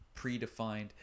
predefined